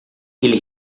ele